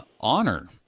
honor